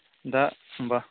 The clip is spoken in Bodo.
दा होनबा